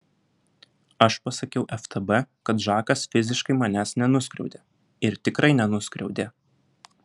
aš pasakiau ftb kad žakas fiziškai manęs nenuskriaudė ir tikrai nenuskriaudė